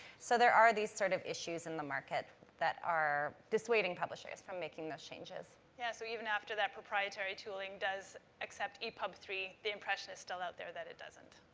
so, there are these, sort of, issues in the market that are dissuading publishers from making those changes. yeah. so, even after that proprietary tooling does accept epub three, the impression is still out there that it doesn't.